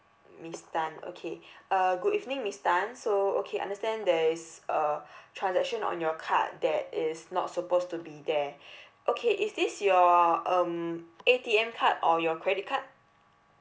miss tan okay uh good evening miss tan so okay understand there is uh transaction on your card that is not supposed to be there okay is this your um A_T_M card or your credit card